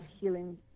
healing